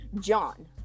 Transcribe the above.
John